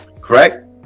correct